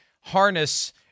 harness